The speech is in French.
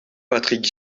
patrick